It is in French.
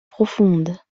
profonde